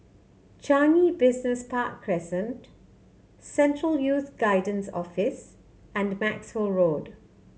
Changi Business Park Crescent Central Youth Guidance Office and Maxwell Road